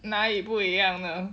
哪里不一样呢